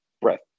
breath